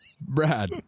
Brad